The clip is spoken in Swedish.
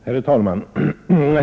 Herr talman!